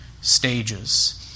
stages